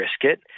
brisket